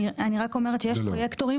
אני רק אומרת שיש פרויקטורים,